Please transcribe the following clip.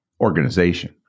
organization